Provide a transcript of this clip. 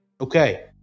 Okay